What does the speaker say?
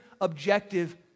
objective